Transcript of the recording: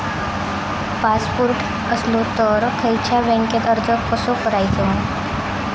Passport असलो तर खयच्या बँकेत अर्ज कसो करायचो?